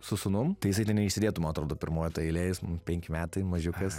su sūnum tai jisai ten neišsėdėtų man atrodo pirmoj toj eilėj jis penkti metai mažiukas